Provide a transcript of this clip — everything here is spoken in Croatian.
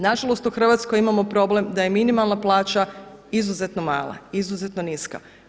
Na žalost u Hrvatskoj imamo problem da je minimalna plaća izuzetno mala, izuzetno niska.